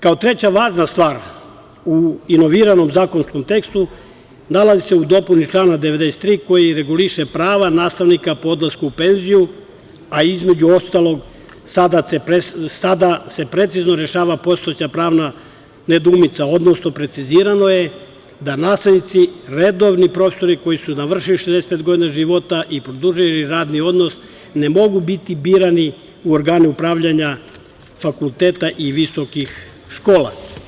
Kao treća važna stvar u inoviranom zakonskom tekstu nalazi se u dopuni člana 93. koji reguliše prava nastavnika po odlasku u penziju, a između ostalog sada se precizno rešava postojeća pravna nedoumica, odnosno precizirano je da nastavnici, redovni profesori koji su navršili 65 godina života i produžili radni odnos ne mogu biti birani u organe upravljanja fakulteta i visokih škola.